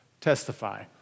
testify